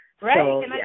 Right